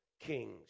Kings